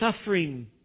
suffering